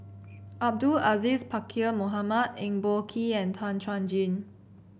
Abdul Aziz Pakkeer Mohamed Eng Boh Kee and Tan Chuan Jin